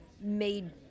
made